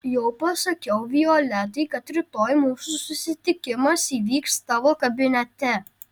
jau pasakiau violetai kad rytoj mūsų susitikimas įvyks tavo kabinete